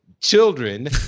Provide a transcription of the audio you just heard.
children